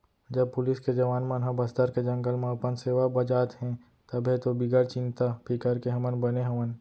जब पुलिस के जवान मन ह बस्तर के जंगल म अपन सेवा बजात हें तभे तो बिगर चिंता फिकर के हमन बने हवन